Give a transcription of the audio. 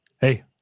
Hey